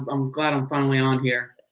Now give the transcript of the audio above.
i'm glad i'm finally on here.